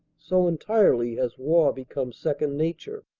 so entirely has war become second nature.